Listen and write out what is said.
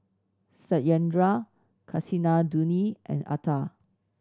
Satyendra Kasinadhuni and Atal